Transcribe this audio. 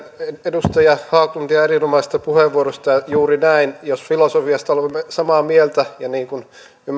edustaja haglundia erinomaisesta puheenvuorosta juuri näin jos filosofiasta olemme samaa mieltä ja niin kuin ymmärtääkseni